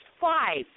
five